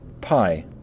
Pi